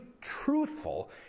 truthful